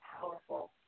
powerful